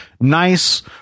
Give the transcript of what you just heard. nice